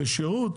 אם זה שירות,